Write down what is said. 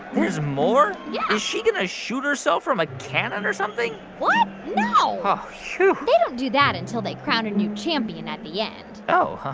there's more? yeah is she going to shoot herself from a cannon or something? what? no. ah they don't do that until they crown a new champion at the end oh,